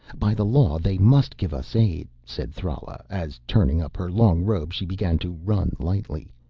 by the law they must give us aid, said thrala, as, turning up her long robe, she began to run lightly.